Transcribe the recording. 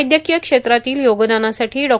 वैदयकीय क्षेत्रातील योगदानासाठी डॉ